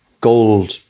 gold